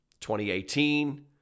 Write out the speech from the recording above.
2018